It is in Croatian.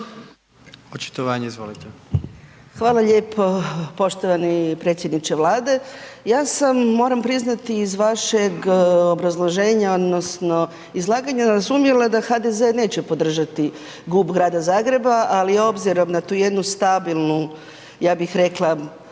Anka (GLAS)** Hvala lijepo. Poštovani predsjedniče Vlade. Ja sam moram priznati iz vašeg obrazloženja odnosno izlaganja razumjela da HDZ neće podržati GUP Grada Zagreba, ali obzirom na tu jednu stabilnu, ja bih rekla